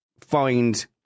find